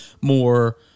more